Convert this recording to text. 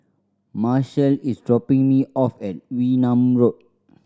marshall is dropping me off at Wee Nam Road